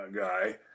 guy